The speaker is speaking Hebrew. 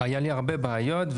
היו לי הרבה בעיות.